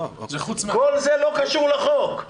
כל זה לא קשור לחוק.